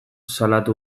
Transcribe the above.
salatu